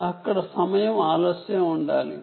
అక్కడ time delay ఉండాలి